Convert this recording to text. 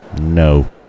No